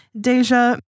Deja